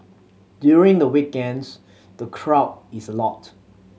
during the weekends the crowd is a lot